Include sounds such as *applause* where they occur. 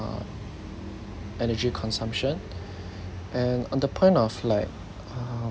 energy consumption *breath* and on the point of like um